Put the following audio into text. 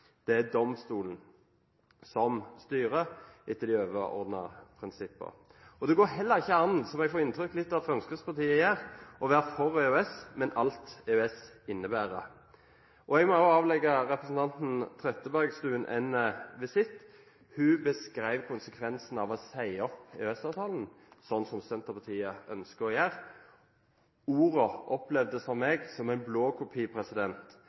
Det er domstolen som styrer etter de overordnede prinsippene. Det går heller ikke an, det som jeg får inntrykk av at Fremskrittspartiet er, å være for EØS, men mot alt EØS innebærer. Jeg må også avlegge representanten Trettebergstuen en visitt. Hun beskrev konsekvensene av å si opp EØS-avtalen, slik som Senterpartiet ønsker å gjøre. Ordene opplevdes for meg som en